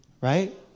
Right